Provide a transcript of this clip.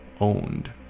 owned